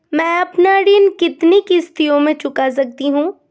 मैं अपना ऋण कितनी किश्तों में चुका सकती हूँ?